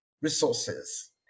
resources